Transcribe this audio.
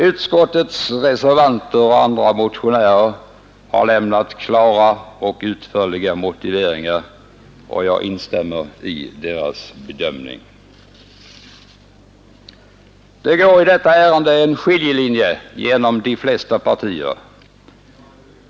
Utskottets reservanter och andra motionärer har lämnat klara och utförliga motiveringar, och jag instämmer i deras bedömning. Det går i detta ärende skiljelinjer mellan de flesta partier.